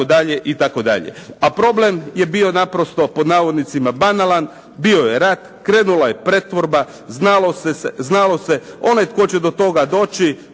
A problem je bio naprosto, pod navodnicima, banalan. Bio je rat, krenula je pretvorba, znalo se onaj tko će do toga doći